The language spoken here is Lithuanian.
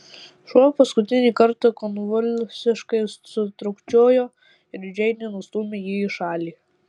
šuo paskutinį kartą konvulsiškai sutrūkčiojo ir džeinė nustūmė jį į šalį